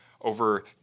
over